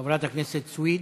חברת הכנסת סויד.